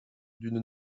d’une